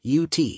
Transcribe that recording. UT